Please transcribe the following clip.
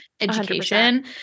education